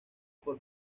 por